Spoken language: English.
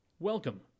Welcome